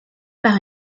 par